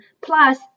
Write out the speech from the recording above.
plus